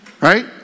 Right